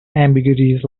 ambiguities